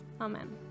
amen